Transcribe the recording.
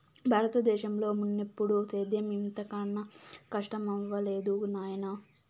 బారత దేశంలో మున్నెప్పుడూ సేద్యం ఇంత కనా కస్టమవ్వలేదు నాయనా